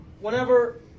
whenever